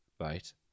right